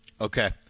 Okay